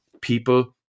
people